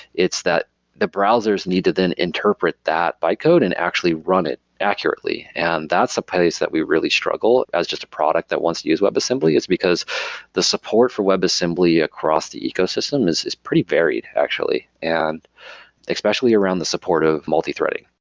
it's that the browsers need to then interpret that bytecode and actually run it accurately and that's some place that we really struggle as just a product that wants to use webassembly, is because the support for webassembly across the ecosystem is is pretty varied actually, and especially around the support of multi-threading